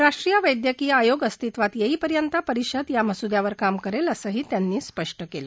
राष्ट्रीय वैद्यकिय आयोग अस्तित्वात येईपर्यंत परिषद या मसूद्यावर काम करेल असंही त्यांनी स्पष्ट केलं